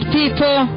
People